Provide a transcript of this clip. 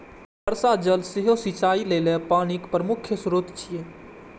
वर्षा जल सेहो सिंचाइ लेल पानिक प्रमुख स्रोत छियै